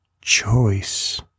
choice